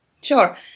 Sure